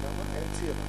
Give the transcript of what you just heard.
צעירה, ואמרה, אם צעירה,